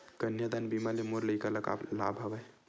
कन्यादान बीमा ले मोर लइका ल का लाभ हवय?